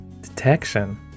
Detection